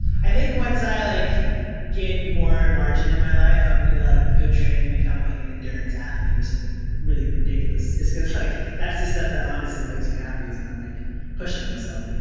i think once i like get more margin in my life i'm gonna like go go train and become like an endurance athlete, or something, really ridiculous. just cause like that's the stuff that honestly makes me happy, is when i'm like pushing myself, you know?